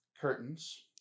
Curtains